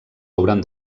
hauran